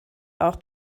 auch